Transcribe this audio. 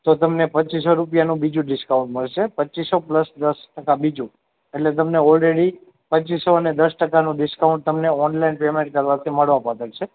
તો તમને પચ્ચીસ સો રૂપિયાનું બીજું ડિસ્કાઉન્ટ મળશે પચ્ચીસ સો પ્લસ દસ ટકા બીજું એટલે તમને ઓલરેડી પચ્ચીસ સો અને દસ ટકાનું ડિસ્કાઉન્ટ તમને ઓનલાઈન પેમેંટ કરવાથી મળવાપાત્ર છે